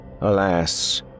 Alas